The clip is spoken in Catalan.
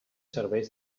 serveix